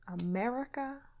america